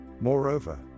Moreover